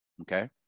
okay